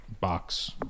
box